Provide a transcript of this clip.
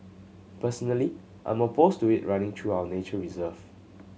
personally I'm opposed to it running through our nature reserve